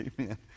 Amen